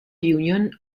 union